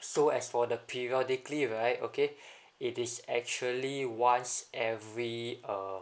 so as for the periodically right okay it is actually once every uh